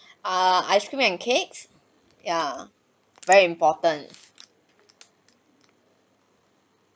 err ice cream and cakes yeah very important